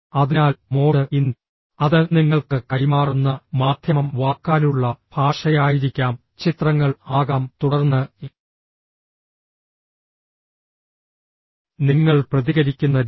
അതിനാൽ മോഡ് ഇൻ അത് നിങ്ങൾക്ക് കൈമാറുന്ന മാധ്യമം വാക്കാലുള്ള ഭാഷയായിരിക്കാം ചിത്രങ്ങൾ ആകാം തുടർന്ന് നിങ്ങൾ പ്രതികരിക്കുന്ന രീതി